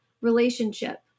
relationship